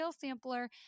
Sampler